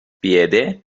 piede